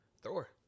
Thor